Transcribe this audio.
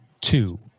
two